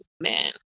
man